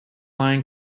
line